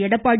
Edappadi